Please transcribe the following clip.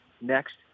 next